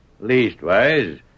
Leastwise